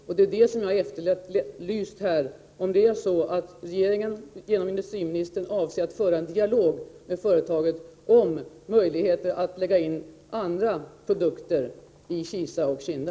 Jag har efterhört om det är så att regeringen avser att föra en dialog med företaget om möjligheterna att lägga in andra produkter i Kisa och Kinda.